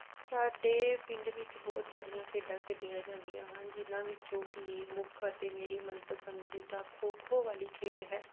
ਸਾਡੇ ਪਿੰਡ ਵਿੱਚ ਬਹੁਤ ਸਾਰੀਆਂ ਖੇਡਾਂ ਖੇਡੀਆਂ ਜਾਂਦੀਆਂ ਹਨ ਜਿਨ੍ਹਾਂ ਵਿੱਚੋਂ ਕਿ ਮੁੱਖ ਅਤੇ ਮੇਰੀ ਮਨਪਸੰਦੀ ਦਾ ਖੋ ਖੋ ਵਾਲੀ ਖੇਡ ਹੈ